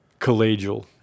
collegial